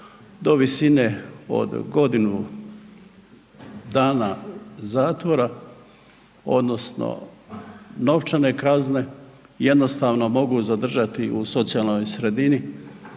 do visine od godinu dana zatvora odnosno novčane kazne jednostavno mogu zadržati u socijalnoj sredini